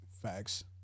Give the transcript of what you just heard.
facts